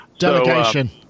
Delegation